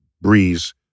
breeze